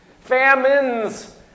famines